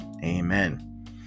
Amen